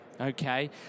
okay